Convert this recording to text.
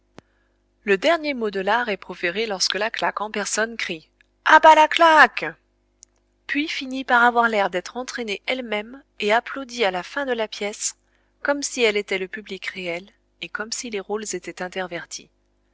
le dernier mot de l'art est proféré lorsque la claque en personne crie à bas la claque puis finit par avoir l'air d'être entraînée elle-même et applaudit à la fin de la pièce comme si elle était le public réel et comme si les rôles étaient intervertis